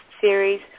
Series